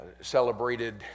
celebrated